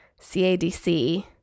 CADC